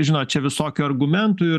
žinot čia visokių argumentų ir